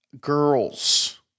girls